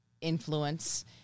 influence